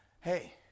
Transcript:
Hey